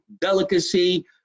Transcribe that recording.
delicacy